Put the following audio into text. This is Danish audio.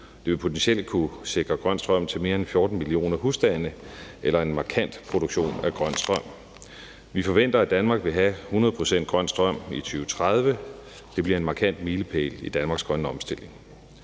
Det vil potentielt kunne sikre grøn strøm til mere end 14 millioner husstande eller en markant produktion af grøn strøm. Vi forventer, at Danmark vil have 100 pct. grøn strøm i 2030. Det bliver en markant milepæl i Danmarks grønne omstilling.